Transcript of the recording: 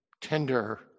tender